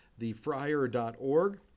thefriar.org